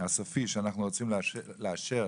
הסופי שאנחנו רוצים לאשר